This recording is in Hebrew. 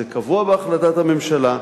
זה קבוע בהחלטת הממשלה,